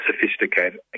Sophisticated